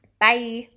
Bye